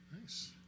Nice